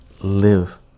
live